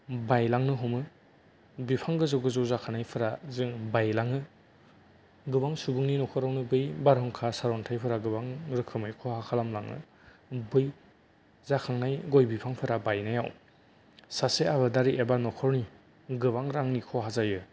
बायलांनो हमो बिफां गोजौ गोजौ जाखानायफोरा जों बायलाङो गोबां सुबुंनि नखरावनो बै बारहुंखा सारअन्थाइफोरा गोबां रोखोमै खहा खालामलाङो बै जाखांनाय गय बिफांफोरा बायनायाव सासे आबादारि एबा न'खरनि गोबां रांनि खहा जायो